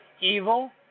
evil